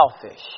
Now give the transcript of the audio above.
selfish